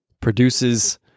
produces